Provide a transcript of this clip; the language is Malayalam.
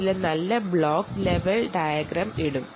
ചില ബ്ലോക്ക് ലെവൽ ഡയഗ്രം കാണിക്കാം